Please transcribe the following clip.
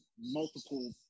multiple